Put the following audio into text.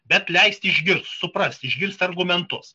bet leisti išgirst suprast išgirst argumentus